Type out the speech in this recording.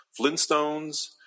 Flintstones